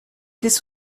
this